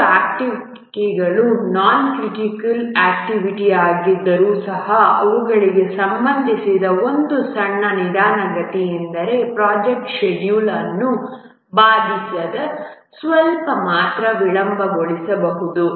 ಕೆಲವು ಆಕ್ಟಿವಿಟಿಗಳು non critical activity ಆಗಿದ್ದರು ಸಹ ಅವುಗಳಿಗೆ ಸಂಬಂಧಿಸಿದ ಒಂದು ಸಣ್ಣ ನಿಧಾನಗತಿಯೆಂದರೆ ಪ್ರೊಜೆಕ್ಟ್ ಶೆಡ್ಯೂಲ್ ಅನ್ನು ಬಾಧಿಸದೆ ಸ್ವಲ್ಪ ಮಾತ್ರ ವಿಳಂಬಗೊಳಿಸಬಹುದು